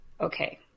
okay